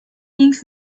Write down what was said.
things